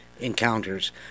encounters